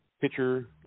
pitcher